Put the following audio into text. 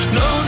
no